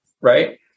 right